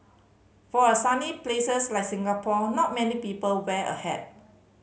for a sunny places like Singapore not many people wear a hat